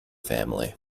family